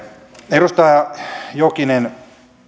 edustaja jokinen